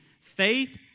faith